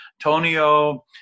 Tonio